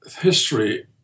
history